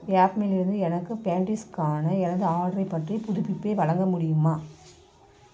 யாப்மீ இலிருந்து எனது பேண்ட்டீஸ் க்கான எனது ஆடரை பற்றிய புதுப்பிப்பை வழங்க முடியுமா